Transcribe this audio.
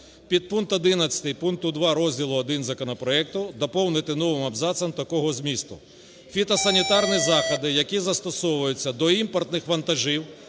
Підпункт 11 пункту 2 розділу І законопроекту доповнити новим абзацом такого змісту: "Фітосанітарні заходи, які застосовуються до імпортних вантажів,